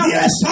Yes